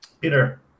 Peter